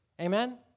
Amen